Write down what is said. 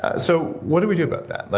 ah so what do we do about that?